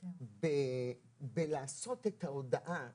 בלעשות את ההודעה,